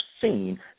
seen